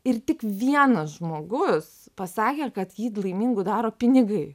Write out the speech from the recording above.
ir tik vienas žmogus pasakė kad jį laimingu daro pinigai